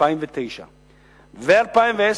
2009 ו-2010,